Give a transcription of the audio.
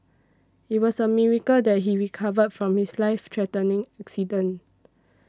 it was a miracle that he recovered from his life threatening accident